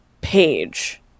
page